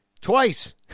twice